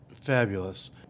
fabulous